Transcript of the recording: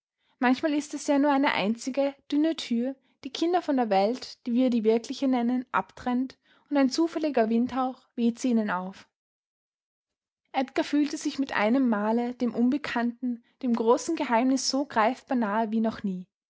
manchmal ist es ja nur eine einzige dünne tür die kinder von der welt die wir die wirkliche nennen abtrennt und ein zufälliger windhauch weht sie ihnen auf edgar fühlte sich mit einem male dem unbekannten dem großen geheimnis so greifbar nahe wie noch nie